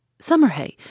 Summerhay